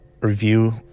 review